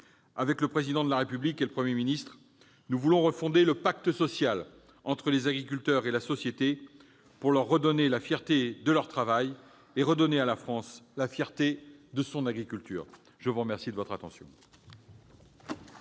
Avec le Président de la République et le Premier ministre, je veux refonder le pacte social entre les agriculteurs et la société pour leur redonner la fierté de leur travail et redonner à la France la fierté de son agriculture. La parole est à M. le rapporteur.